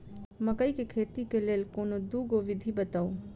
मकई केँ खेती केँ लेल कोनो दुगो विधि बताऊ?